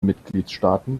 mitgliedstaaten